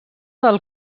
del